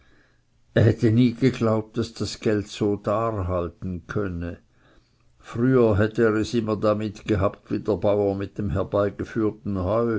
er hatte nie geglaubt daß das geld so darhalten könne früher hätte er es immer damit gehabt wie der bauer mit dem herbeigeführten